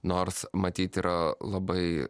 nors matyt yra labai